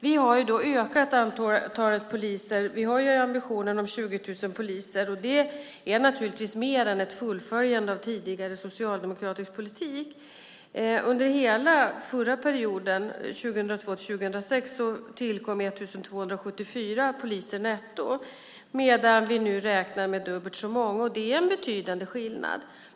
Vi har ökat antalet poliser, vi har ambitionen om 20 000 poliser, och det är mer än ett fullföljande av tidigare socialdemokratisk politik. Under hela förra perioden 2002-2006 tillkom 1 274 poliser netto, medan vi nu räknar med dubbelt så många. Det är en betydande skillnad.